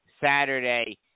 Saturday